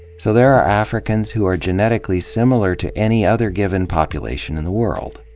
so there are africans who are genetically similar to any other given population in the world.